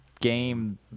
game